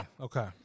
okay